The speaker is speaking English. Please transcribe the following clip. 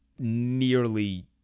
nearly